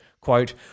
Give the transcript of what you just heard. quote